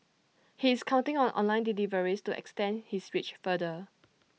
he is counting on online deliveries to extend his reach farther